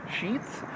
Sheets